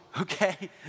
okay